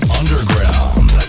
underground